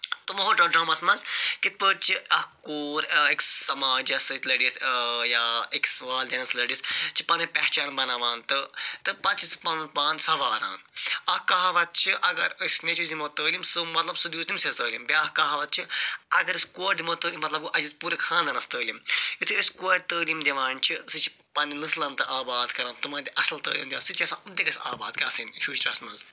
تِمو ہوٚو تتھ ڈراماہَس مَنٛز کِتھ پٲٹھۍ چھِ اکھ کوٗر أکِس سماجَس سۭتۍ لٔڑِتھ یا أکِس والدینَس سۭتۍ لٔڑِتھ چھِ پَنن پہچان بناوان پَنُن پان سَواران اکھ کہاوت چھِ اگر أسۍ نیٚچوِس دِمو تٲلیٖم سُہ مَطلَب سُہ دِمو تمۍ سے یٲژۍ تٲلیٖم بیاکھ کہاوت چھِ اگر أسۍ کورِ دِمو تٲلیٖم مَطلَب گوٚو اسہِ دِژ پوٗرٕ خاندانَس تٲلیٖم یُتھُے أسۍ کورِ تٲلیٖم دِوان چھِ سُہ چھِ پَننیٚن نسلَن تہِ آباد کران تمن تہِ اصل تٲلیٖم دِوان سُہ تہ چھِ یَژھان ام تہِ گٔژھ اصل آباد گَژھٕن فیوچرَس مَنٛز